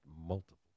multiple